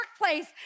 workplace